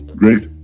great